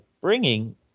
bringing